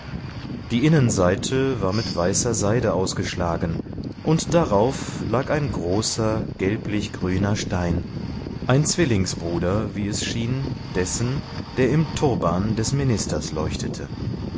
die innenseite war mit weißer seide ausgeschlagen und darauf lag ein großer gelblichgrüner stein ein zwillingsbruder wie es schien dessen der im turban des ministers leuchtete